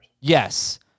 Yes